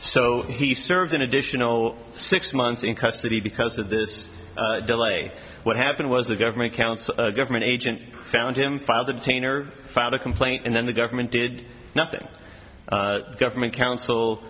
so he served an additional six months in custody because of this delay what happened was the government counsel a government agent found him father detainer filed a complaint and then the government did nothing government counsel